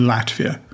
Latvia